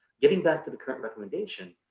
getting back to the current recommendation,